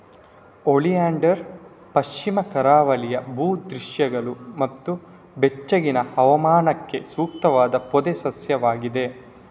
oleander ಪಶ್ಚಿಮ ಕರಾವಳಿಯ ಭೂ ದೃಶ್ಯಗಳು ಮತ್ತು ಬೆಚ್ಚಗಿನ ಹವಾಮಾನಕ್ಕೆ ಸೂಕ್ತವಾದ ಪೊದೆ ಸಸ್ಯವಾಗಿದೆ